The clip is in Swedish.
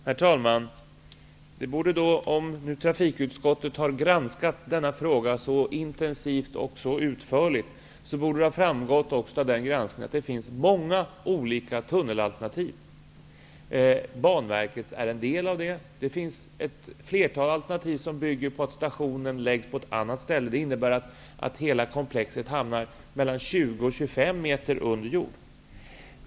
Herr talman! Om nu trafikutskottet har granskat denna fråga så intensivt och utförligt, borde det ha framgått av den granskningen att det finns många olika tunnelalternativ. Banverkets är ett. Det finns ett flertal alternativ som bygger på att stationen läggs på ett annat ställe. Det innebär att hela komplexet skulle hamna mellan 20 och 25 meter under jord.